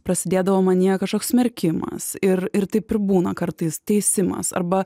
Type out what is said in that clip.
prasidėdavo manyje kažkoks smerkimas ir ir taip būna kartais teisimas arba